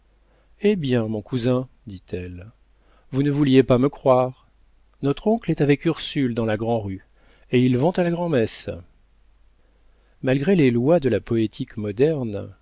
eh bien mon cousin dit-elle vous ne vouliez pas me croire notre oncle est avec ursule dans la grand'rue et ils vont à la grand'messe malgré les lois de la poétique moderne